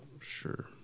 Sure